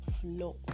flow